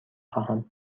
خواهم